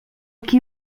qui